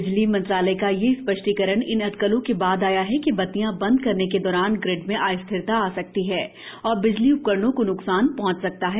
बिजली मंत्रालय का यह स्पष्टीकरण इन अटकलों के बाद आया है कि बत्तियां बंद करने के दौरान ग्रिड में अस्थिरता आ सकती है और बिजली उपकरणों को न्कसान पहुंच सकता है